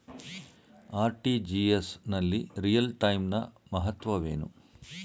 RTGS ನಲ್ಲಿ real time ನ ಮಹತ್ವವೇನು?